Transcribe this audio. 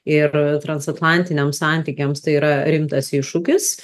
ir transatlantiniams santykiams tai yra rimtas iššūkis